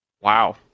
wow